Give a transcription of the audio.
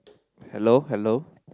hello hello